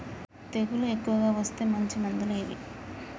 తెగులు ఎక్కువగా వస్తే మంచి మందులు ఏవి?